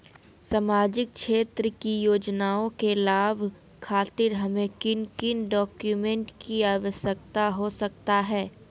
सामाजिक क्षेत्र की योजनाओं के लाभ खातिर हमें किन किन डॉक्यूमेंट की आवश्यकता हो सकता है?